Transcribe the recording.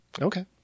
Okay